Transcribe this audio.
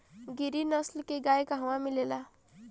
गिरी नस्ल के गाय कहवा मिले लि?